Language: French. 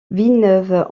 villeneuve